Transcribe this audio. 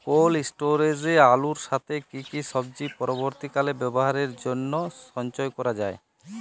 Cold স্টোরেজে আলুর সাথে কি কি সবজি পরবর্তীকালে ব্যবহারের জন্য সঞ্চয় করা যায়?